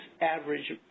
average